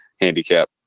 handicap